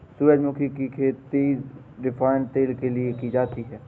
सूरजमुखी की खेती रिफाइन तेल के लिए की जाती है